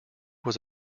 was